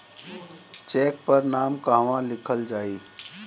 Check पर नाम कहवा लिखल जाइ?